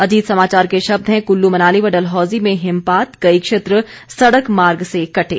अजीत समाचार के शब्द हैं कल्लू मनाली व डलहौजी में हिमपात कई क्षेत्र सड़क मार्ग से कटे